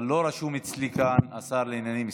אבל לא רשום אצלי כאן השר לעניינים אסטרטגיים.